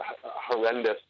horrendous